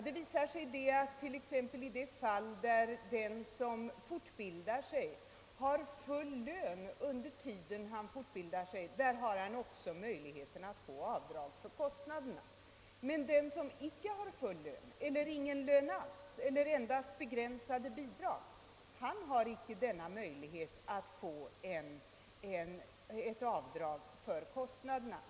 Det visar sig att i de fall där den som fortbildar sig har full lön under tiden föreligger också möjlighet till avdrag för kostnaderna. Den som inte har full lön, ingen lön alls eller endast begränsat bidrag kan däremot inte få avdrag för kostnaderna.